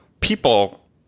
people